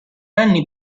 anni